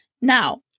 Now